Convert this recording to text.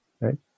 right